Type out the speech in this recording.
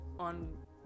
on